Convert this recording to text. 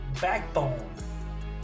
backbone